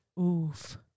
Oof